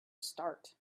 start